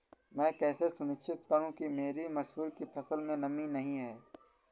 मैं कैसे सुनिश्चित करूँ कि मेरी मसूर की फसल में नमी नहीं है?